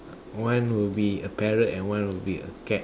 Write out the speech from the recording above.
one would be a parrot and one would be a cat